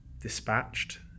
dispatched